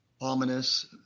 ominous